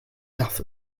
laugh